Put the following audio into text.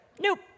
nope